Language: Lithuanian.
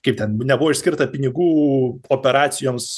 kaip ten nebuvo išskirta pinigų operacijoms